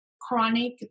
Chronic